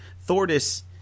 Thordis